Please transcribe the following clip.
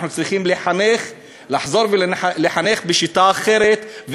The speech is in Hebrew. אנחנו צריכים לחזור ולחנך בשיטה אחרת,